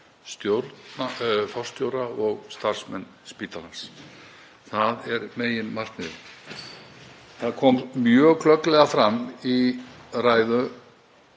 forstjóra og starfsmenn spítalans, það er meginmarkmiðið. Það kom mjög glögglega fram í ræðunum